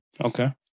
Okay